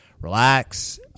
relax